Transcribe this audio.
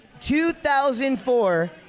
2004